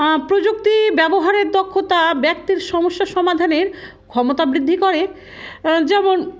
প্রযুক্তি ব্যবহারের দক্ষতা ব্যক্তির সমস্যা সমাধানের ক্ষমতা বৃদ্ধি করে যেমন